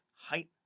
height